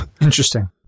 Interesting